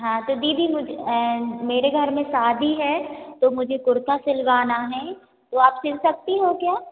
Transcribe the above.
हाँ तो दीदी मुझे मेरे घर में शादी है तो मुझे कुर्ता सिलवाना है वह आप सिल सकती हो क्या